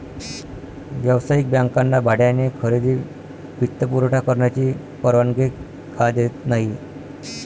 व्यावसायिक बँकांना भाड्याने खरेदी वित्तपुरवठा करण्याची परवानगी का देत नाही